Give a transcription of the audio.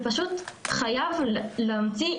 פשוט חייבים להמציא,